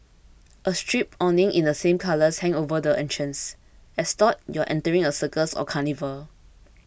a striped awning in the same colours hang over the entrance as though you are entering a circus or carnival